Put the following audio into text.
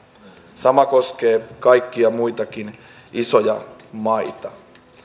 sama koskee kaikkia muitakin isoja maita